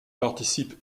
participe